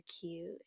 cute